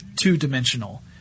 two-dimensional